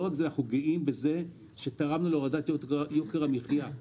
אנחנו גאים בזה שתרמנו להורדת יוקר המחייה.